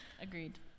agreed